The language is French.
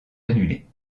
annulés